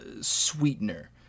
sweetener